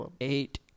eight